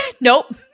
Nope